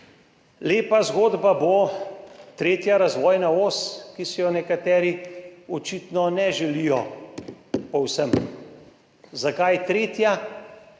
Lepa zgodba bo 3. razvojna os, ki si je nekateri očitno ne želijo povsem. Zakaj tretja,